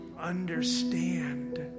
understand